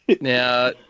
Now